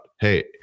Hey